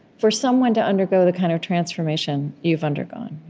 for someone to undergo the kind of transformation you've undergone?